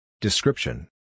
description